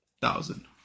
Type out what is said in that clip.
Thousand